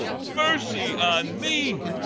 mercy on me!